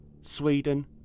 Sweden